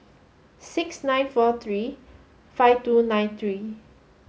six nine four three five two nine three